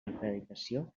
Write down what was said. acreditació